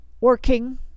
working